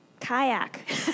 kayak